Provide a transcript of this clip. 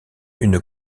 une